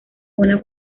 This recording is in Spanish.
buena